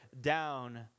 down